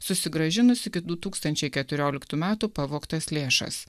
susigrąžinus iki du tūkstančiai keturioliktų metų pavogtas lėšas